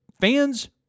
fans